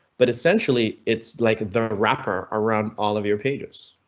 but essentially it's like there a wrapper around all of your pages,